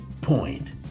point